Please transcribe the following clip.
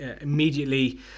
immediately